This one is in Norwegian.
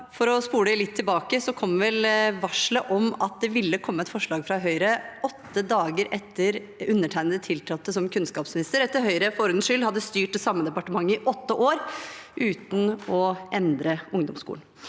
For å spole litt tilbake kom vel varselet om at det ville komme et forslag fra Høyre åtte dager etter at undertegnede tiltrådte som kunnskapsminister, etter at Høyre – for ordens skyld – hadde styrt det samme departementet i åtte år uten å endre ungdomsskolen.